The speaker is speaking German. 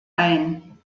ein